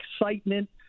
excitement